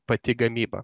pati gamyba